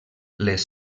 les